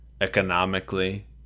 economically